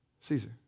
Caesar